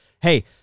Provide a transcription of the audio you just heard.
Hey